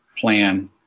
plan